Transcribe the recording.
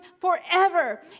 forever